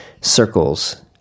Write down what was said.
circles